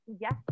yes